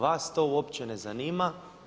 Vas to uopće ne zanima.